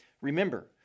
Remember